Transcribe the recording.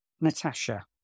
Natasha